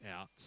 out